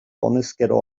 honezkero